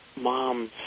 Mom